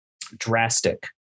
drastic